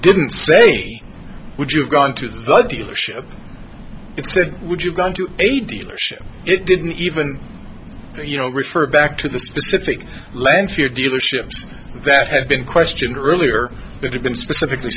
didn't say would you have gone to the dealership would you go into a dealership it didn't even you know refer back to the specific length of your dealerships that have been questioned earlier that have been specifically